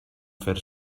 fer